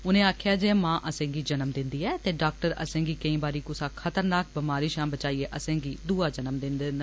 उनें आक्खेआ जे माँ असेंगी जन्म दिन्दी ऐ ते डाक्टर असेंगी केई बारी कुसा खतरनाक बमारी शां बचाइयै असेंगी दुआ जन्म दिन्दे न